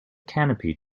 canopy